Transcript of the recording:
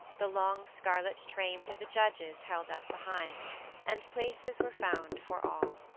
the long scarlet trains of the judges held up behind and places were found for all.